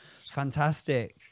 fantastic